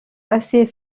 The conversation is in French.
assez